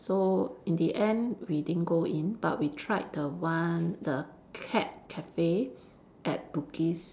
so in the end we didn't go in but we tried the one the cat cafe at Bugis